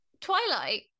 Twilight